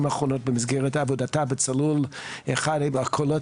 האחרונות במסגרת עבודה ב-"צלול" היא אחד הקולות